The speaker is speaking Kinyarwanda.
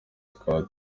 tukaba